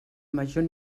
major